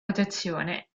protezione